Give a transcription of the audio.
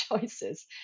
choices